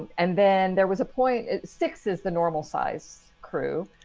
and then there was a point six is the normal size crew.